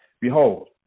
Behold